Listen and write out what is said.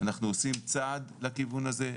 אנחנו עושים צעד לכיוון הזה.